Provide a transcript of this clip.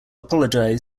apologised